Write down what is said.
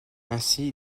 ainsi